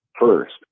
first